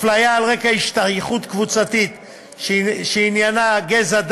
אפליה על רקע השתייכות קבוצתית שעניינה גזע,